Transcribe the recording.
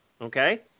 okay